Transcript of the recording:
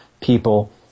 people